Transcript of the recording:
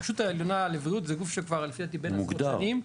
הרשות העליונה לבריאות זה גוף שכבר לפי דעתי בן עשר שנים,